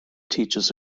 teaches